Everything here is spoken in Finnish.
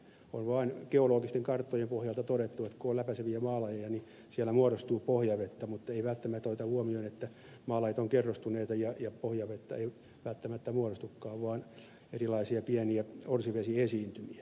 on vain geologisten karttojen pohjalta todettu että kun on läpäiseviä maalajeja niin siellä muodostuu pohjavettä mutta ei välttämättä oteta huomioon että maalajit ovat kerrostuneita ja pohjavettä ei välttämättä muodostukaan vaan erilaisia pieniä orsivesiesiintymiä